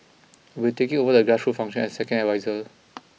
I'll be taking over the grassroot function as second adviser